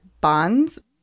bonds